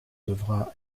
devra